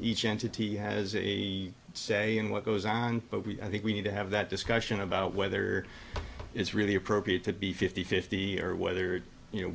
each entity has a say in what goes on but we i think we need to have that discussion about whether it's really appropriate to be fifty fifty or whether you know